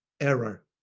error